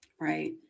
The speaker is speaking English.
Right